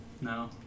No